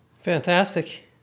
Fantastic